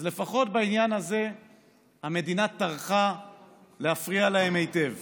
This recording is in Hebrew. אז לפחות בעניין הזה המדינה טרחה להפריע להם היטב.